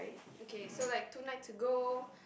okay so like two nights ago